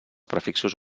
prefixos